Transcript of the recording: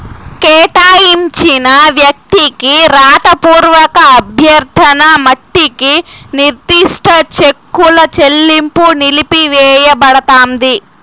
కేటాయించిన వ్యక్తికి రాతపూర్వక అభ్యర్థన మట్టికి నిర్దిష్ట చెక్కుల చెల్లింపు నిలిపివేయబడతాంది